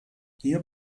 hier